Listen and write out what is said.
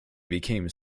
became